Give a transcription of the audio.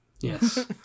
Yes